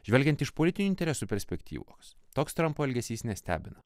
žvelgiant iš politinių interesų perspektyvos toks trampo elgesys nestebina